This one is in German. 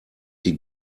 die